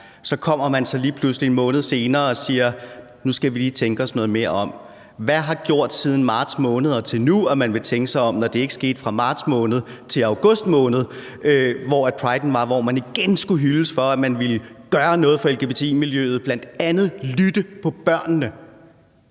så lige pludselig en måned senere kommer og siger, at nu skal vi lige tænke os noget mere om. Hvad har siden marts måned og til nu gjort, at man vil tænke sig om, når det ikke skete fra marts måned til august måned, hvor Priden var, og hvor man igen skulle hyldes for, at man ville gøre noget for lgbti-miljøet, bl.a. lytte til børnene?